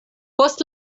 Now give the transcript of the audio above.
post